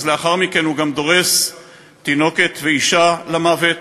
ואז לאחר מכן הוא גם דורס תינוקת ואישה למוות,